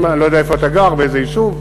אני לא יודע איפה אתה גר, באיזה יישוב.